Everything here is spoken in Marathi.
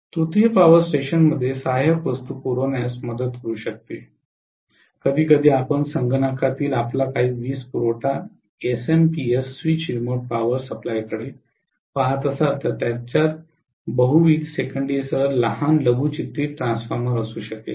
तृतीय पावर स्टेशनमध्ये सहाय्यक वस्तू पुरवण्यात मदत करू शकते कधीकधी आपण संगणकातील आपला काही वीजपुरवठा एसएमपीएस स्विच रिमोट पावर सप्लायकडे पहात असाल तर त्यांच्यात बहुविध सेकंडरीसह लहान लघुचित्रित ट्रान्सफॉर्मर असू शकेल